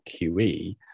QE